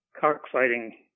Cockfighting